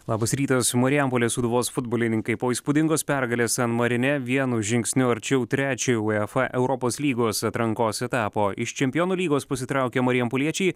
labas rytas marijampolės sūduvos futbolininkai po įspūdingos pergalės san marine vienu žingsniu arčiau trečiojo uefa europos lygos atrankos etapo iš čempionų lygos pasitraukę marijampoliečiai